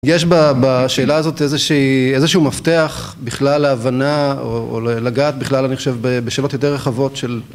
יש ב..ב..שאלה הזאת איזשהי, איזשהו מפתח בכלל להבנה או לגעת בכלל אני חושב בשאלות יותר רחבות של...